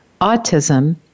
autism